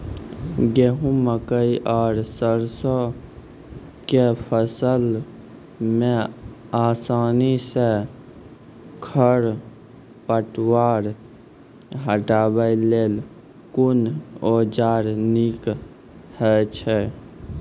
गेहूँ, मकई आर सरसो के फसल मे आसानी सॅ खर पतवार हटावै लेल कून औजार नीक है छै?